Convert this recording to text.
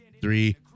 three